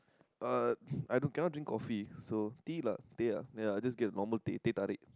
uh I don't cannot drink coffee so tea lah teh ya I just get the normal teh teh-tarik